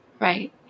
Right